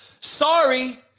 Sorry